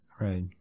Right